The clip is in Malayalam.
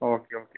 okay okay